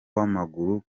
wamaguru